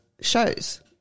shows